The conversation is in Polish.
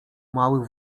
mały